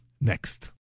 next